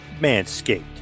Manscaped